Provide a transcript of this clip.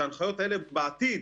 כשההנחיות האלה בעתיד,